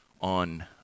on